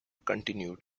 continued